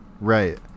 right